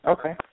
Okay